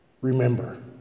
Remember